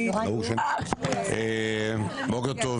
בוקר טוב